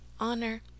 honor